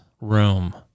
room